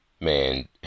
man